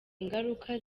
ngaruka